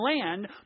land